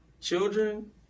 children